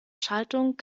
schaltung